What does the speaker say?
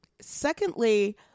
Secondly